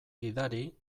gidari